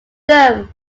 them